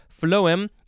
phloem